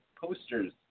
posters